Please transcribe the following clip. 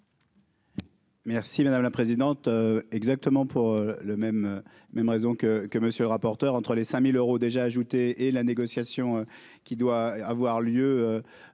Merci madame la présidente, exactement pour le même même raison que que monsieur le rapporteur, entre les cinq mille euros déjà ajouté et la négociation qui doit avoir lieu